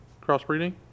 Crossbreeding